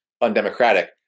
undemocratic